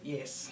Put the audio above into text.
Yes